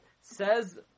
Says